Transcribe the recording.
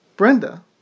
Brenda